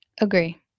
Agree